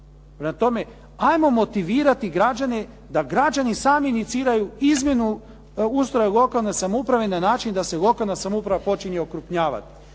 tome, ajmo motivirati građane da građani sami iniciraju izmjenu ustroja lokalne samouprave na način da se lokalna samouprava počinje okrupnjavati.